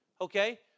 Okay